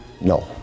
No